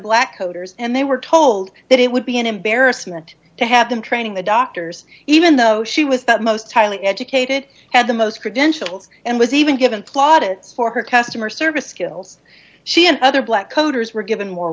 voters and they were told that it would be an embarrassment to have them training the doctors even though she was that most highly educated had the most credentials and was even given plaudits for her customer service skills she and other black coders were given more